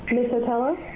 miss sotelo?